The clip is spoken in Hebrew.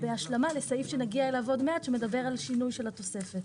להחיל עליהם דינים של עובדי